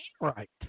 right